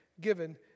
given